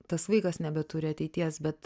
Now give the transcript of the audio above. tas vaikas nebeturi ateities bet